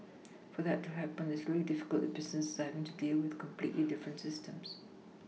for that to happen it's really difficult if businesses are having to deal with completely different systems